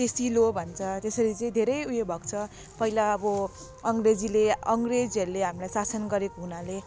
टेसिलो भन्छ त्यसरी चाहिँ धेरै उयो भएको छ पहिला अब अङ्ग्रेजीले अङ्ग्रेजहरूले हामीलाई शासन गरेको हुनाले